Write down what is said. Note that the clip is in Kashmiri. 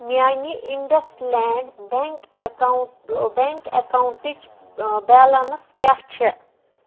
میٛانہِ IndusInd bank account bank اَکاونٹٕچ بیلینس کیٛاہ چھےٚ